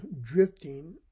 drifting